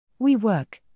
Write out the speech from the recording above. WeWork